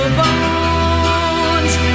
bones